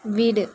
வீடு